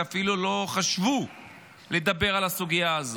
אפילו לא חשבו לדבר על הסוגיה הזאת.